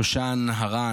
שושן הרן,